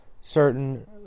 certain